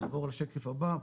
נעבור לשקף הבא.